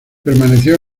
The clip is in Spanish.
permaneció